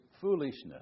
foolishness